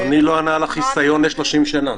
אדוני לא ענה על החיסיון ל-30 שנה.